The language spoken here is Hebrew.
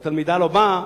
שהתלמידה לא באה,